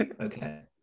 Okay